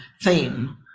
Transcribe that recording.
theme